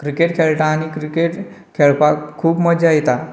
cricket खेळटा आनी cricket खेळपाक खूब मजा येता